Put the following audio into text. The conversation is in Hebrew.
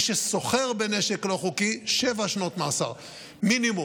מי שסוחר בנשק לא חוקי, שבע שנות מאסר מינימום.